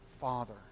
Father